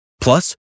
Plus